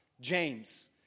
James